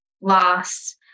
loss